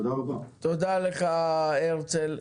תודה רבה לך, הרצל.